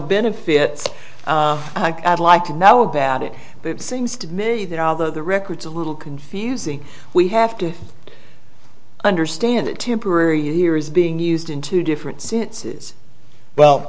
benefit i'd like to know about it but it seems to me that although the records a little confusing we have to understand it temporary here is being used in two different senses well